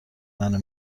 منو